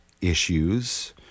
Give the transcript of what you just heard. issues